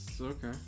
Okay